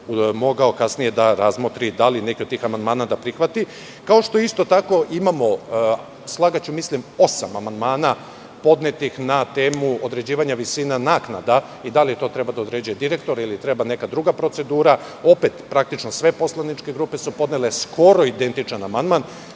moga kasnije da razmotri da li neki od tih amandmana da prihvati. Imamo oko osam amandmana na temu određivanja visine naknada i da li tu treba određuje direktor ili treba neka druga procedura. Opet, praktično sve poslaničke grupe su podnele skoro identičan amandman,